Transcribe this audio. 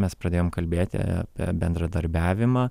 mes pradėjom kalbėti apie bendradarbiavimą